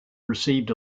received